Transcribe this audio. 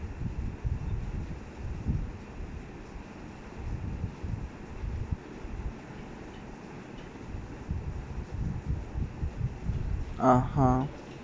(uh huh)